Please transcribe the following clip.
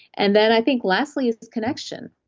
and then i think lastly is connection.